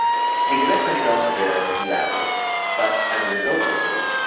these events only lasted a few hours but as a result of them,